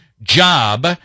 job